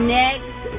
next